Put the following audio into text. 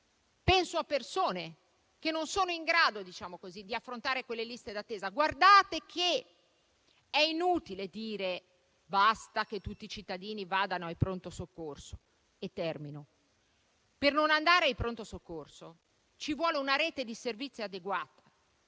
penso a persone che non sono in grado di affrontare quelle liste di attesa. Guardate che è inutile dire: basta che tutti i cittadini vadano al pronto soccorso. Per non andare ai pronto soccorso ci vuole una rete di servizi adeguati,